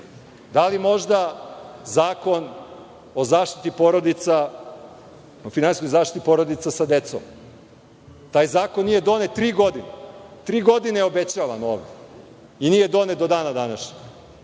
Da li možda Zakon o finansijskoj zaštiti porodica sa decom? Taj zakon nije donet tri godine. Tri godine je obećavan ovde i nije donet do dana današnjeg.